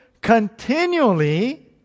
continually